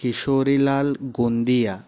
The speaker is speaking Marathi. किशोरीलाल गोंदिया